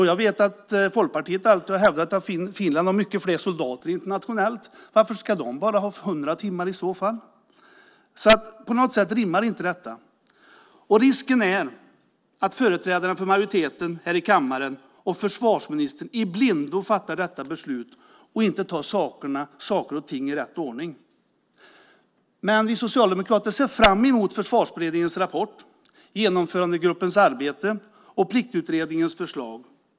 Jag vet att Folkpartiet alltid har hävdat att Finland har många fler soldater internationellt. Varför ska de bara ha hundra timmar i så fall? På något sätt rimmar inte detta. Risken är att företrädare för majoriteten här i kammaren och försvarsministern i blindo fattar detta beslut och inte tar saker och ting i rätt ordning. Vi socialdemokrater ser fram emot Försvarsberedningens rapport, Genomförandegruppens arbete och Pliktutredningens förslag.